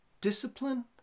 Discipline